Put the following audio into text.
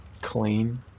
Clean